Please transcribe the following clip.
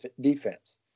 defense